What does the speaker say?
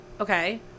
okay